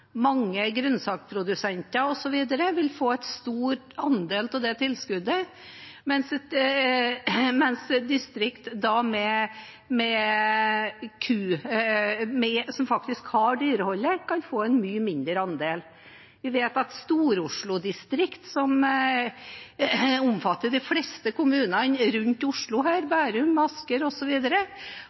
mange korngårder, mange grønnsaksprodusenter osv., vil få en stor andel av tilskuddet, mens distrikter som faktisk har dyrehold, kan få en mye mindre andel. Vi vet at Stor-Oslo-distriktet, som omfatter de fleste kommunene rundt Oslo – Bærum, Asker